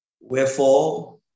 Wherefore